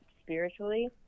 spiritually